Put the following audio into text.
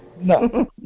No